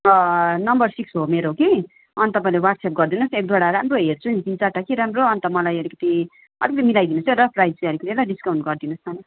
number six हो मेरो कि अनि तपाईँले वाट्सएप गरिदिनु होस् एक दुइवटा राम्रो हेर्छु नि तिन चारवटा कि राम्रो अन्त मलाई अलिकति अलिकति मिलाइदिनु होस् है प्राइस चाहिँ अलिकति ल डिस्काउन्ट गरिदिनु होस् न ल